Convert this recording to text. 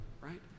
right